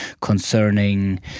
concerning